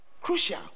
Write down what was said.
Crucial